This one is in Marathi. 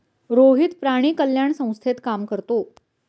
रोहित प्राणी कल्याण संस्थेत काम करतो